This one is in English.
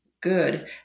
good